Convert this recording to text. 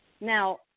Now